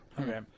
Okay